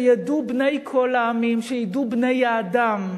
שידעו בני כל העמים, שידעו בני-האדם,